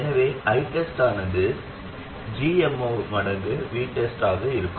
எனவே ITEST ஆனது gm0 மடங்கு VTEST ஆக இருக்கும்